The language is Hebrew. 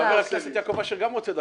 חבר הכנסת יעקב אשר גם רוצה דקה.